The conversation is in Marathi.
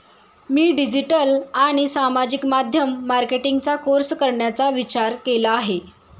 मी डिजिटल आणि सामाजिक माध्यम मार्केटिंगचा कोर्स करण्याचा विचार केला आहे